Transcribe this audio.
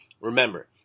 Remember